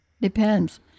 Depends